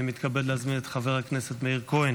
אני מתכבד להזמין את חבר הכנסת מאיר כהן